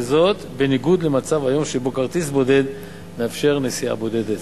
וזאת בניגוד למצב היום שבו כרטיס בודד מאפשר נסיעה בודדת.